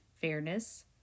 fairness